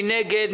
מי נגד?